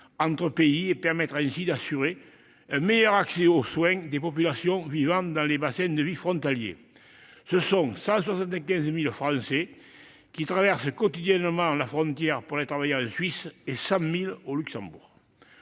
entre pays et permettre ainsi d'assurer un meilleur accès aux soins des populations vivant dans les bassins de vie frontaliers : 175 000 Français traversent quotidiennement la frontière pour aller travailler en Suisse et 100 000 se rendent